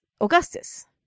Augustus